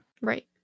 Right